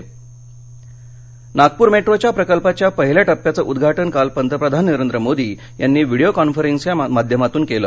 नागपर मेदो नागपूर मेट्रोच्या प्रकल्पाच्या पहिल्या टप्प्याचं उद्घाटन काल पंतप्रधान नरेंद्र मोदी यांनी व्हिडिओ कॉन्फरन्सिंगच्या माध्यमातून केलं